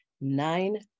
Nine